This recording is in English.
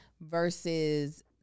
versus –